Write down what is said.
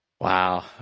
wow